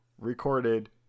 recorded